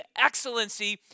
excellency